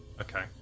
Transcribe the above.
Okay